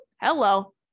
Hello